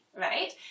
right